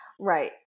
Right